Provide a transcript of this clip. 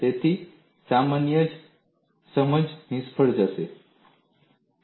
તેથી સામાન્ય સમજ નિષ્ફળ જાય છે